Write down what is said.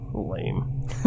lame